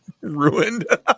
Ruined